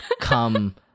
come